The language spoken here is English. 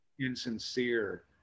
insincere